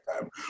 time